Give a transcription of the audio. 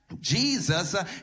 jesus